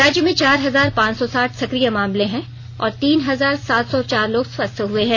राज्य में चार हजार पांच सौ साठ सक्रिय मामले हैं और तीन हजार सात सौ चार लोग स्वस्थ हुए हैं